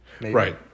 Right